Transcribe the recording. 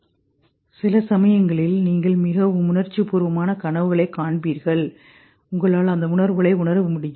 Sila samayanga Sila samayangalil Sila samayangalil சில சமயங்களில் நீங்கள் மிகவும் உணர்ச்சிபூர்வமான கனவுகளை காண்பீர்கள் உங்களால் அந்த உணர்வுகளை உணர முடியும்